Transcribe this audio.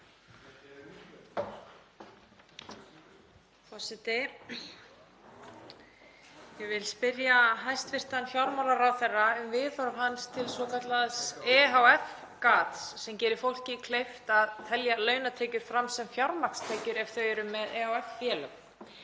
Forseti. Ég vil spyrja hæstv. fjármálaráðherra um viðhorf hans til svokallaðs ehf.-gats sem gerir fólki kleift að telja launatekjur fram sem fjármagnstekjur ef þau eru með ehf.-félög.